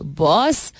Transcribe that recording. boss